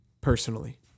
personally